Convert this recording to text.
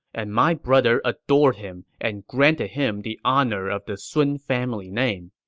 and my brother adored him and granted him the honor of the sun family name.